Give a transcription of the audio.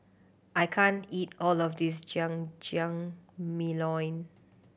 I can't eat all of this Jajangmyeon